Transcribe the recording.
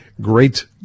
Great